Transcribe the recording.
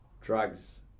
Drugs